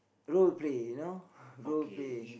roleplay you know roleplay